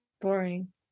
Boring